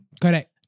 correct